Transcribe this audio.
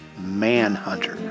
Manhunter